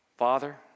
Father